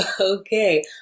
Okay